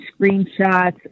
screenshots